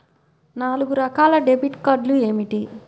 నాలుగు రకాల డెబిట్ కార్డులు ఏమిటి?